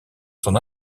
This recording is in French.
son